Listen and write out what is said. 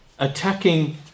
Attacking